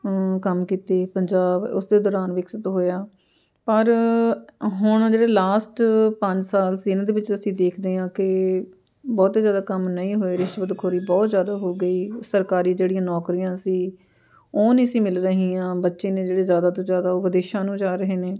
ਕੰਮ ਕੀਤੇ ਪੰਜਾਬ ਉਸੇ ਦੌਰਾਨ ਵਿਕਸਿਤ ਹੋਇਆ ਪਰ ਹੁਣ ਜਿਹੜੇ ਲਾਸਟ ਪੰਜ ਸਾਲ ਸੀ ਇਹਨਾਂ ਦੇ ਵਿੱਚ ਅਸੀਂ ਦੇਖਦੇ ਹਾਂ ਕਿ ਬਹੁਤੇ ਜ਼ਿਆਦਾ ਕੰਮ ਨਹੀਂ ਹੋਏ ਰਿਸ਼ਵਤ ਖੋਰੀ ਬਹੁਤ ਜ਼ਿਆਦਾ ਹੋ ਗਈ ਸਰਕਾਰੀ ਜਿਹੜੀ ਨੌਕਰੀਆਂ ਸੀ ਉਹ ਨਹੀਂ ਸੀ ਮਿਲ ਰਹੀਆਂ ਬੱਚੇ ਨੇ ਜਿਹੜੇ ਜ਼ਿਆਦਾ ਤੋਂ ਜ਼ਿਆਦਾ ਉਹ ਵਿਦੇਸ਼ਾਂ ਨੂੰ ਜਾ ਰਹੇ ਨੇ